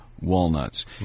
walnuts